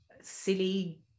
silly